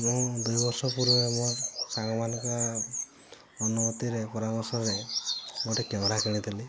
ମୁଁ ଦୁଇ ବର୍ଷ ପୂର୍ବେ ମୋର ସାଙ୍ଗମାନଙ୍କ ଅନୁମତିରେ ପରାମର୍ଶରେ ଗୋଟିଏ କ୍ୟାମେରା କିଣିଥିଲି